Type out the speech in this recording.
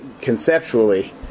conceptually